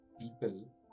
people